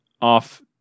off